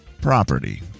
property